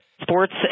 Sports